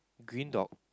green dog